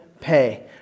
pay